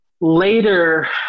later